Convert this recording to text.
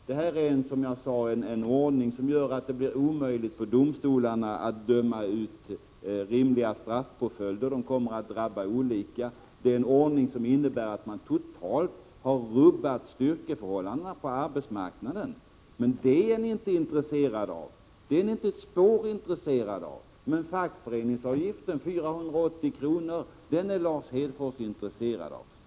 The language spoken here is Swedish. Det är, som jag sade, en ordning som gör att det blir omöjligt för domstolarna att utdöma rimliga straffpåföljder. De kommer att drabba olika. Det är en ordning som innebär att man totalt har rubbat styrkeförhållandena på arbetsmarknaden, men det är ni inte ett spår intresserade av! Men fackföreningsavgiften, 480 kr., är Lars Hedfors intresserad av.